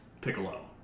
Piccolo